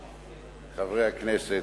חברי חברי הכנסת,